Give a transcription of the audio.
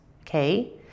okay